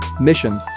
Mission